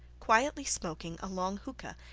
quietly smoking a long hookah,